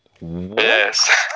Yes